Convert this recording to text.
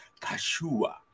Kashua